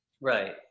right